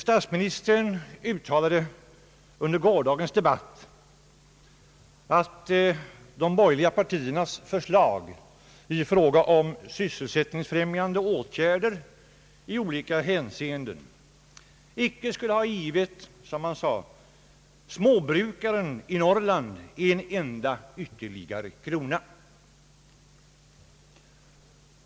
Statsministern uttalade i gårdagens debatt att de borgerliga partiernas förslag i fråga om sysselsättningsfrämjande åtgärder i olika hänseenden icke skulle ha givit, som han sade, småbrukaren i Norrland en enda ytterligare krona.